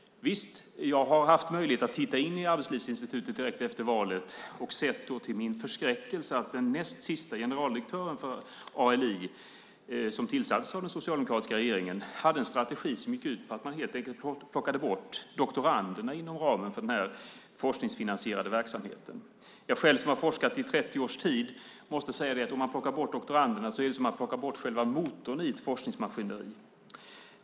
Jag hade möjlighet att titta in i Arbetslivsinstitutet direkt efter valet. Jag såg då till min förskräckelse att den näst siste generaldirektören för ALI som tillsattes av den socialdemokratiska regeringen hade en strategi som gick ut på att man helt enkelt plockade bort doktoranderna inom ramen för den forskningsfinansierade verksamheten. Jag har själv forskat i 30 år och måste säga att om man plockar bort doktoranderna är det som att plocka bort själva motorn i forskningsmaskineriet.